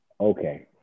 Okay